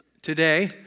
today